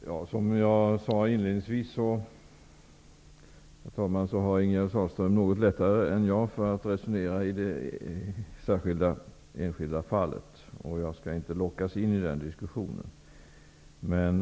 Herr talman! Som jag sade inledingsvis har Ingegerd Sahlström något lättare än jag att resonera i det enskilda fallet. Jag skall inte lockas in i den diskussionen.